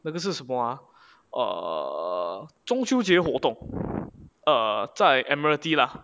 那个是什么 ah err 中秋节活动 err 在 admiralty lah